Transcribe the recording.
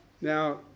Now